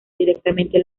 directamente